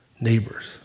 neighbors